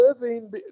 living